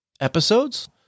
episodes